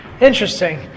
Interesting